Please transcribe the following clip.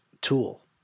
tool